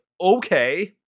okay